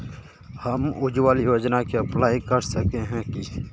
हम उज्वल योजना के अप्लाई कर सके है की?